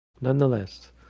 Nonetheless